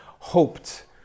Hoped